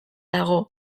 dago